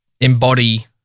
embody